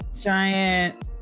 giant